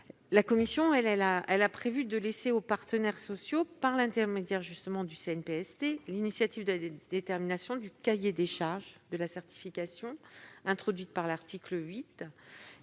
La commission a prévu de laisser aux partenaires sociaux, par l'intermédiaire du CNPST, l'initiative de la détermination du cahier des charges de la certification introduite par l'article 8.